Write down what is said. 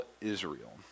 Israel